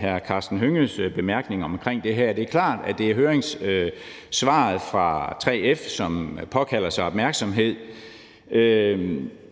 hr. Karsten Hønges bemærkninger om den. Det er klart, at det er høringssvaret fra 3F, der påkalder sig opmærksomhed.